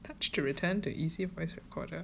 touch to return to easy voice recorder